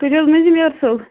تُہۍ چھُو حظ مٔنٛزِم یور صٲب